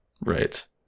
Right